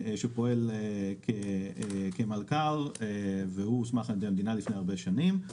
שפועל כמלכ"ר והוא הוסמך על ידי המדינה לפני הרבה שנים.